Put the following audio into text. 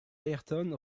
ayrton